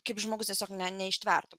kaip žmogus tiesiog neištvertų